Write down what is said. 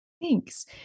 Thanks